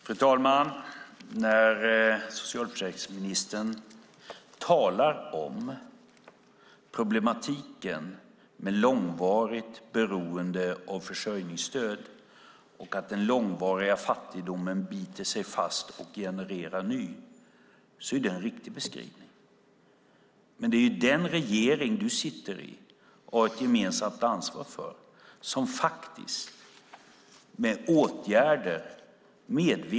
Fru talman! Det är en riktig beskrivning när socialförsäkringsministern talar om problemen med långvarigt beroende av försörjningsstöd och att den långvariga fattigdomen biter sig fast och genererar ny. Men det är den regering han sitter i som medvetet ökar fattigdomen med åtgärder.